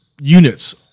units